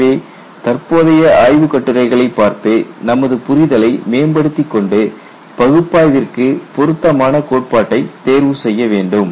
எனவே தற்போதைய ஆய்வுக்கட்டுரைகளைப் பார்த்து நமது புரிதலை மேம்படுத்திக்கொண்டு பகுப்பாய்விற்கு பொருத்தமான கோட்பாட்டை தேர்வு செய்ய வேண்டும்